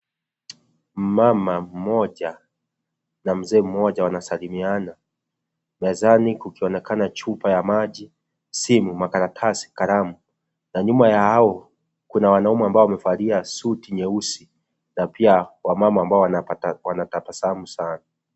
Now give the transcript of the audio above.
Mama mmoja, na mzee mmoja wanasalimiana, mezani kukionekana chupa ya maji, simu, makaratasi, kalamu na nyuma ya hao kuna wanaume ambao wamevalia suti nyeusi na pia wamama ambao wanapata wanatabasamu sana.